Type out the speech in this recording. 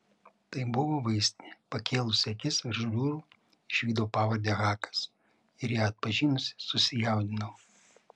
tai buvo vaistinė pakėlusi akis virš durų išvydau pavardę hakas ir ją atpažinusi susijaudinau